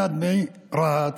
ומוחמד מרהט